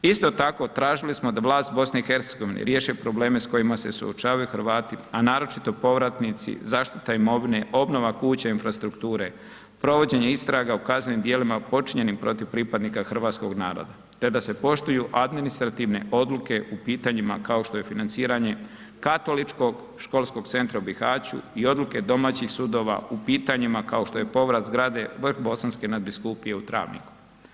Isto tako, tražili smo da vlast BiH riješi probleme s kojima se suočavaju Hrvati, a naročito povratnici, zaštita imovine, obnova kuća i infrastrukture, provođenje istraga u kaznenim dijelima počinjenim protiv pripadnika hrvatskog naroda, te da se poštuju administrativne odluke u pitanjima kao što je financiranje Katoličkog školskog centra u Bihaću i odluke domaćih sudova u pitanjima kao što je povrat zgrade Vrhbosanske nadbiskupije u Travniku.